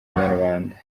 inyarwanda